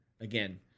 Again